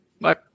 Bye